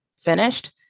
finished